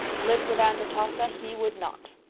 live with aunt atossa he would not.